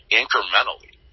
incrementally